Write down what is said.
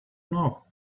know